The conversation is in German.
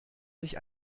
sich